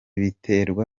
biterwa